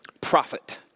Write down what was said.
Profit